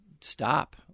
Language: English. stop